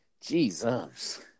Jesus